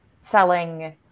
selling